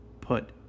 put